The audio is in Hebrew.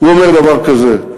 הוא אומר דבר כזה,